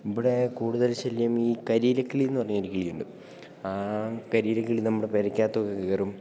ഇവിടെ കൂടുതൽ ശല്യം ഈ കരീലക്കിളിയെന്നു പറഞ്ഞൊരു കിളിയുണ്ട് ആ കരീലക്കിളി നമ്മുടെ പെരയ്ക്കകത്തൊക്കെ കയറും